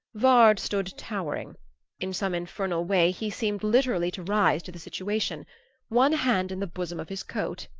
vard stood towering in some infernal way he seemed literally to rise to the situation one hand in the bosom of his coat,